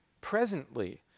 presently